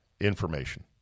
information